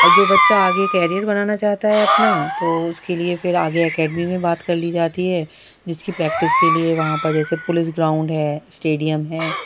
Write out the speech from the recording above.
اور جو بچہ آگے کیریئر بنانا چاہتا ہے اپنا تو اس کے لیے پھر آگے اکیڈمی میں بات کر لی جاتی ہے جس کی پریکٹس کے لیے وہاں پر جیسے پلیس گراؤنڈ ہے اسٹیڈیم ہے